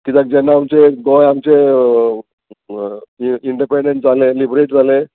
कित्याक जेन्ना आमचे गोंय आमचें इंडिपेंडंट जालें लिबरेट जालें